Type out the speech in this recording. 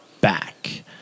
back